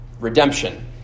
redemption